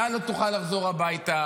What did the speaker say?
אתה לא תוכל לחזור הביתה,